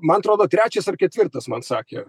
man atrodo trečias ar ketvirtas man sakė